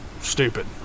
stupid